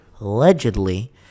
Allegedly